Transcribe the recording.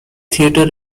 theatre